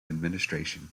administration